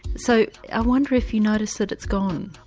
so i wonder if you notice that it's gone,